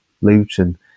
Luton